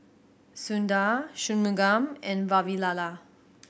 Sundar Shunmugam and Vavilala